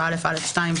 7א(א)(2),